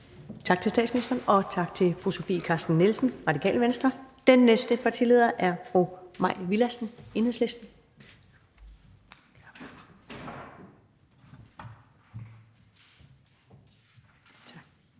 Tak til statsministeren, og tak til fru Sofie Carsten Nielsen, Radikale Venstre. Den næste partileder er fru Mai Villadsen, Enhedslisten.